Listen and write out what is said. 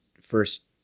first